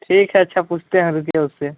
ठीक है अच्छा पूछते हैं रुकिए उससे